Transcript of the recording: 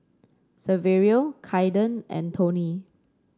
Saverio Kaiden and Tony